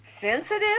sensitive